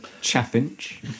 chaffinch